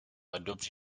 adopt